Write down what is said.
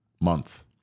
month